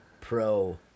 Pro